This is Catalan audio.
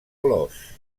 veloç